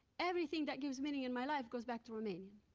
everything that gives meaning in my life goes back to romanian.